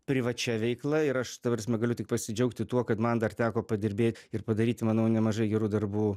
privačia veikla ir aš ta prasme galiu tik pasidžiaugti tuo kad man dar teko padirbėt ir padaryti manau nemažai gerų darbų